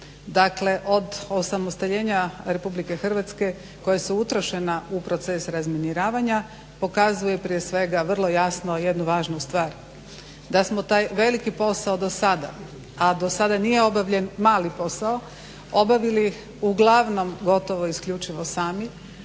dakle od osamostaljenja RH koja su utrošena u proces razminiravanja pokazuje prije svega vrlo jasno jednu važnu stvar, da smo taj veliki posao do sada, a do sada nije obavljen mali posao, obavili uglavnom gotovo isključivo sami,